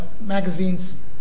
magazines